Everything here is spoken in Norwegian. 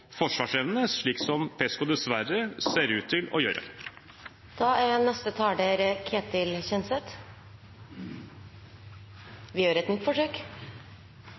dessverre ser ut til å gjøre. Neste taler er representanten Ketil Kjenseth – vi gjør et nytt forsøk.